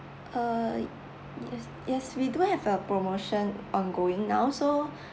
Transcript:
uh yes yes we do have a promotion ongoing now so